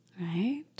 right